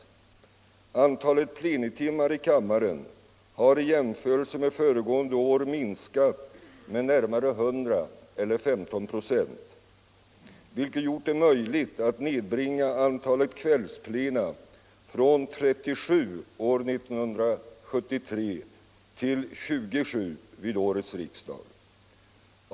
Antalet plenitimmar i kammaren har i jämförelse med föregående år minskat med närmare 100, eller 15 procent, vilket gjort det möjligt att nedbringa antalet kvällsplena från 37 år 1973 till 27 vid årets riksdag.